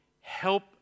help